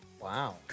Wow